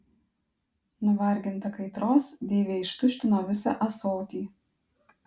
nuvarginta kaitros deivė ištuštino visą ąsotį